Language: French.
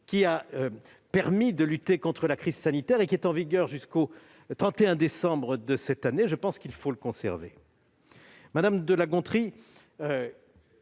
qui a permis de lutter contre la crise sanitaire, et qui est en vigueur jusqu'au 31 décembre de cette année. Je pense qu'il faut le conserver. Avis défavorable.